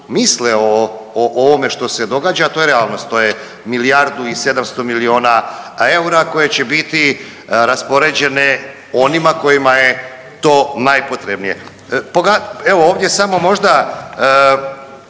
misle o ovome što se događa, a to je realnost. To je milijardu i 700 miliona eura koje će biti raspoređene onima kojima je to najpotrebnije. Evo ovdje samo možda